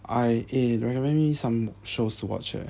I eh recommend me some shows to watch eh